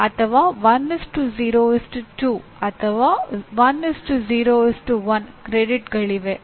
ಅಥವಾ 1 0 2 ಅಥವಾ 1 0 1 ಕ್ರೆಡಿಟ್ಗಳಿವೆ